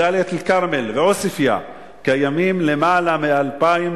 דאלית-אל-כרמל ועוספיא קיימים למעלה מ-2,000